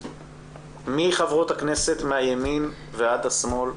מחברות הכנסת מהימין ועד השמאל,